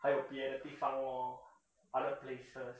还有别的地方 lor other places